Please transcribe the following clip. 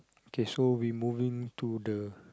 okay so we moving to the